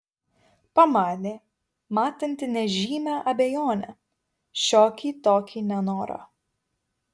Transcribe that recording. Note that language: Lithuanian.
pamanė matanti nežymią abejonę šiokį tokį nenorą